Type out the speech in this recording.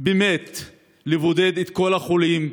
לבודד את כל החולים,